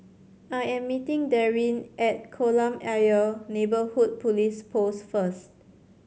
I am meeting Darrin at Kolam Ayer Neighbourhood Police Post first